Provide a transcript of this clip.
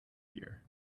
year